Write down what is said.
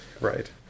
Right